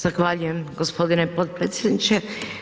Zahvaljujem g. potpredsjedniče.